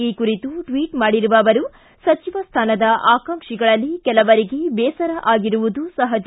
ಈ ಕುರಿತು ಟ್ಟಟ್ ಮಾಡಿರುವ ಅವರು ಸಚಿವ ಸ್ಥಾನದ ಆಕಾಂಕ್ಷಿಗಳಲ್ಲಿ ಕೆಲವರಿಗೆ ಬೇಸರ ಆಗಿರುವುದು ಸಹಜ